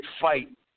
fight